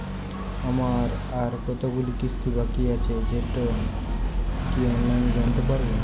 আমার আর কতগুলি কিস্তি বাকী আছে সেটা কি অনলাইনে জানতে পারব?